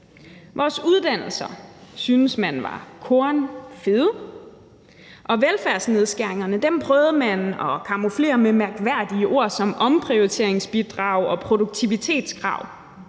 vores uddannelser syntes man var kornfede, og velfærdsnedskæringerne prøvede man at camouflere med mærkværdige ord som omprioriteringsbidrag og produktivitetskrav.